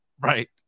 Right